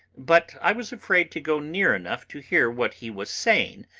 but i was afraid to go near enough to hear what he was saying,